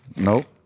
no